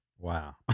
Wow